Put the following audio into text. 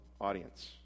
audience